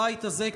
הבית הזה,